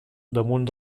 damunt